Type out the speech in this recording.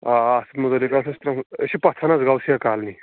آ اَتھ مُتعلِق ٲسۍ آسہِ ترٛٲومٕژ أسۍ چھِ پَتھن حظ گوسیہ کالنی